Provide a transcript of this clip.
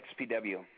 XPW